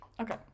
Okay